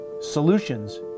Solutions